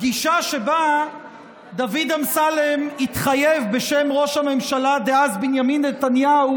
פגישה שבה דוד אמסלם התחייב בשם ראש הממשלה דאז בנימין נתניהו